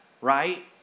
right